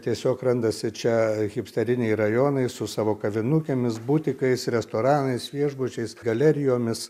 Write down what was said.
tiesiog randasi čia hipsteriniai rajonai su savo kavinukėmis butikais restoranais viešbučiais galerijomis